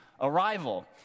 arrival